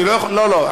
לא לא,